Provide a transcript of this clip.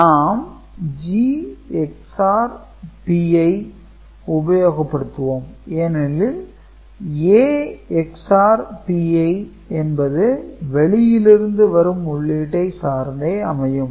நாம் G XOR Pi உபயோகப்படுத்துவோம் ஏனெனில் A XOR Pi என்பது வெளியிலிருந்து வரும் உள்ளீட்டை சார்ந்தே அமையும்